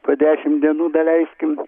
po dešimt dienų daleiskim